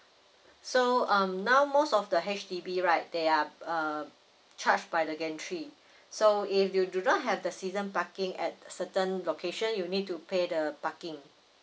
so um now most of the H_D_B right they're err charge by the gantry so if you do not have the season parking at certain location you need to pay the parking